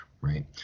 right